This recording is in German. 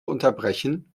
unterbrechen